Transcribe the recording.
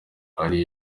ari